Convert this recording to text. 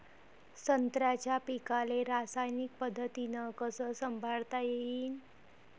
संत्र्याच्या पीकाले रासायनिक पद्धतीनं कस संभाळता येईन?